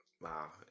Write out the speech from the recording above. Wow